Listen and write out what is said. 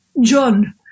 John